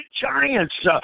giants